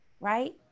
Right